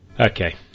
Okay